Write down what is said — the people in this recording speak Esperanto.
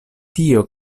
tio